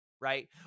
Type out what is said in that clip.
right